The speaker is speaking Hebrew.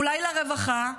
אולי לרווחה?